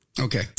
Okay